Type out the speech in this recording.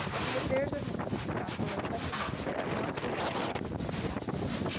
but the affairs of mrs. peacocke were of such a nature as not to allow the doctor to be absent.